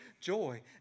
joy